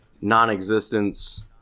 non-existence